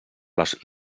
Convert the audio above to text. les